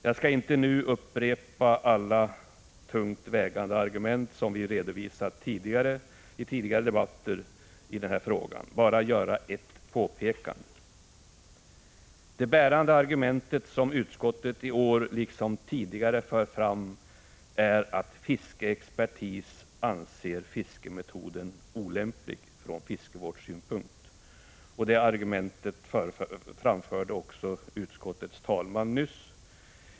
Jag skall inte nu upprepa alla tungt vägande argument som vi redovisat i tidigare debatter i den här frågan, bara göra ett påpekande. Det bärande argument som utskottet för fram, i år liksom tidigare, är att fiskeexpertis anser metoden olämplig från fiskevårdssynpunkt. Det argumentet framförde också utskottets talesman nyss.